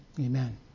amen